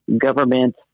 government